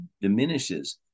diminishes